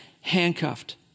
handcuffed